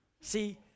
See